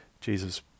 jesus